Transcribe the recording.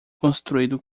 construído